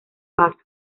paso